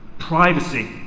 privacy